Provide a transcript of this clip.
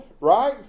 Right